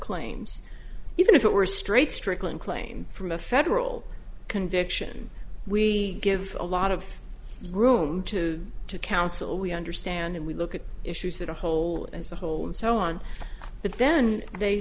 claims even if it were straight stricklin claim through a federal conviction we give a lot of room to counsel we understand and we look at issues that a whole as a whole and so on but then they